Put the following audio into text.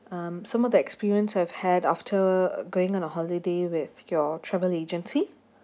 um some of the experience I've had after going on a holiday with your travel agency